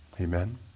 Amen